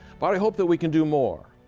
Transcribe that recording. but i hope that we can do more.